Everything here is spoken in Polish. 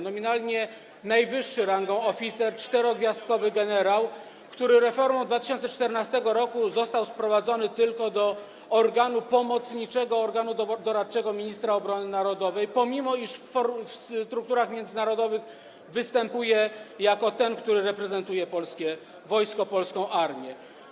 Nominalnie najwyższy rangą oficer, czterogwiazdkowy generał, który reformą z 2014 r. został sprowadzony do roli organu pomocniczego, organu doradczego ministra obrony narodowej, pomimo iż w strukturach międzynarodowych występuje jako ten, który reprezentuje polskie wojsko, polską armię.